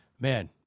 Man